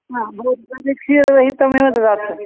हा भव क्षीररहितमेव ददातु